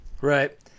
Right